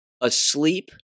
asleep